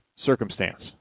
Circumstance